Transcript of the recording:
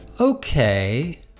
Okay